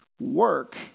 work